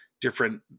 different